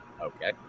Okay